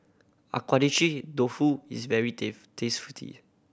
Agedashi Dofu is very